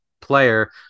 player